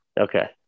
Okay